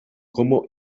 como